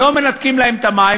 לא מנתקים להן את המים.